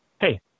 hey